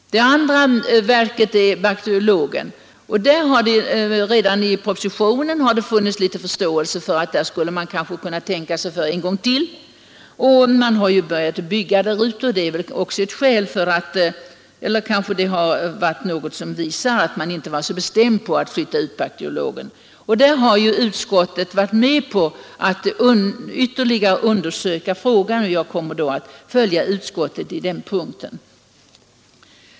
Det andra verket är statens bakteriologiska laboratorium. Redan i propositionen har det funnits viss förståelse för att man kanske borde tänka sig för en gång till. Man har för övrigt börjat bygga där ute, och det visar kanske att man centralt inte varit säker på att man skulle flytta ut bakteriologen. Utskottsmajoriteten har varit med på att ytterligare undersöka frågan, och jag kommer att följa utskottets förslag på den punkten.